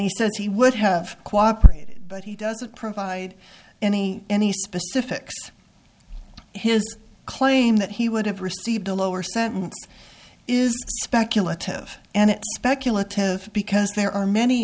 he says he would have cooperated but he doesn't provide any any specifics his claim that he would have received a lower sentence is speculative and it speculative because there are many